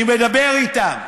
אני מדבר איתם,